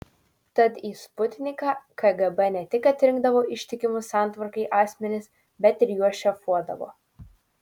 tad į sputniką kgb ne tik atrinkdavo ištikimus santvarkai asmenis bet ir juos šefuodavo